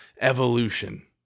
evolution